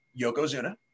yokozuna